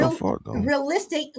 realistic